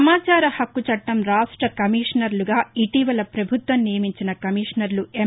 సమాచార హక్కు చట్లం రాష్ట కమీషనర్లుగా ఇటీవల ప్రభుత్వం నియమించిన కమీషనర్లు ఎం